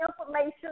information